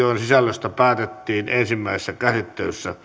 lakiehdotukset joiden sisällöstä päätettiin ensimmäisessä käsittelyssä